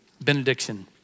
benediction